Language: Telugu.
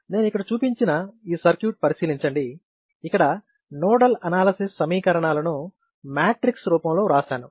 నేను ఇక్కడ చూపించిన ఈ సర్క్యూట్ పరిశీలించండి ఇక్కడ నోడల్ అనాలసిస్ సమీకరణాలను మ్యాట్రిక్స్ రూపంలో వ్రాసాను